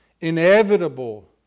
inevitable